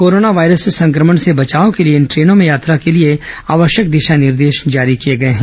corona virus संक्रमण से बचाव के लिए इन ट्रेनों में यात्रा के लिए आवश्यक दिशा निर्देश जारी किए गए हैं